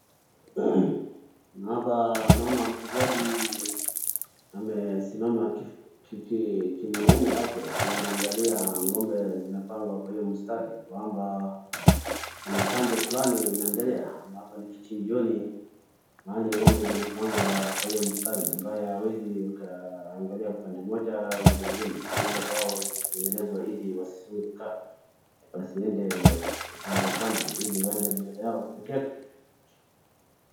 Hapa naona mfugaji amesimama kimwanaume hapo akiwa anaangalia ng'ombe zimepangwa kwa hiyo mstari ya kwamba kuna chanjo fulani inaendelea, ama hapa ni kichinjioni mahali ng'ombe zinapangwa kwa hiyo mstari ambayo hawezi akaangalia upande moja au nyingine. Hizo mbao zilitengenezwa ili wasizunguke, wasiende upande upande ili waende upande yao peke yake.